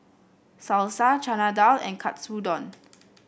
Salsa Chana Dal and Katsudon